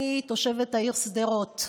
אני תושבת העיר שדרות,